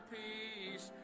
peace